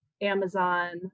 amazon